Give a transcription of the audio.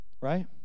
Right